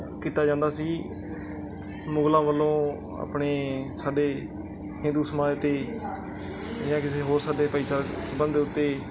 ਕੀਤਾ ਜਾਂਦਾ ਸੀ ਮੁਗਲਾਂ ਵੱਲੋਂ ਆਪਣੇ ਸਾਡੇ ਹਿੰਦੂ ਸਮਾਜ 'ਤੇ ਜਾਂ ਕਿਸੇ ਹੋਰ ਸਾਡੇ ਭਾਈਚਾਰਕ ਸੰਬੰਧ ਦੇ ਉੱਤੇ